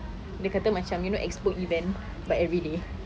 dia kata macam you know macam Expo event but every day